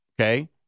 okay